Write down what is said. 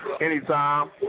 anytime